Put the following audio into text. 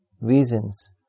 reasons